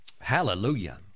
Hallelujah